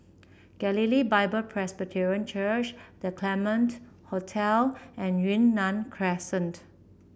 Galilee Bible Presbyterian Church The Claremont Hotel and Yunnan Crescent